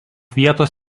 vietos